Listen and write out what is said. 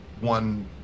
one